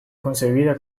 concebida